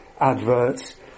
adverts